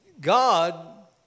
God